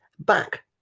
back